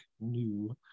new